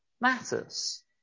matters